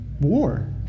war